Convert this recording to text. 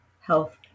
health